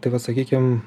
tai va sakykim